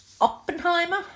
Oppenheimer